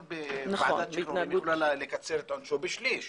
ועדת שחרורים יכולה לקצר את עונשו בשליש.